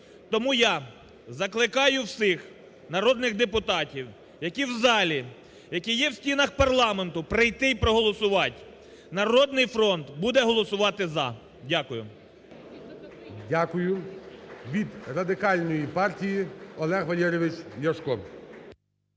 Тому я закликаю всіх народних депутатів, які в залі, які є в стінах парламенту, прийти й проголосувати. "Народний фронт" буде голосувати "за". Дякую. ГОЛОВУЮЧИЙ. Дякую. Від Радикальної партії Олег Валерійович Ляшко.